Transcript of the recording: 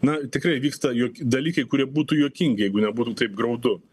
na tikrai vyksta jog dalykai kurie būtų juokingi jeigu nebūtų taip graudu